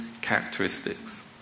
characteristics